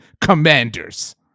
commanders